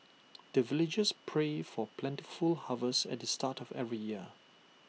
the villagers pray for plentiful harvest at the start of every year